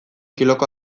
kiloko